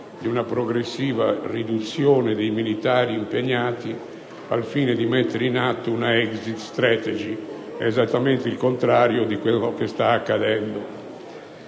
di una progressiva riduzione dei militari impegnati al fine di mettere in atto una *exit strategy:* è esattamente il contrario di quello che sta accadendo.